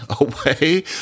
away